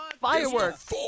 fireworks